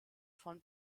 von